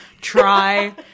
try